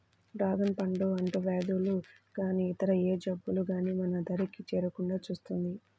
dragon పండు అంటువ్యాధులు గానీ ఇతర ఏ జబ్బులు గానీ మన దరి చేరకుండా చూస్తుంది